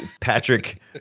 Patrick